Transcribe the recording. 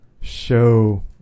show